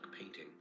painting